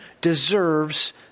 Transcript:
deserves